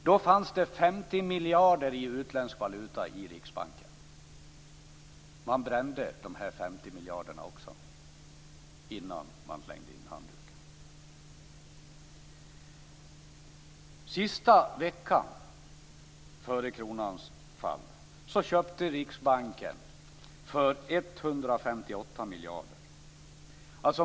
Då fanns det 50 miljarder kronor i utländsk valuta i Riksbanken. Man brände de här 50 miljarderna också innan man slängde in handduken. Sista veckan före kronans fall köpte Riksbanken för 158 miljarder kronor.